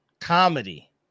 comedy